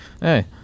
hey